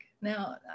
Now